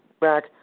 back